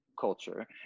culture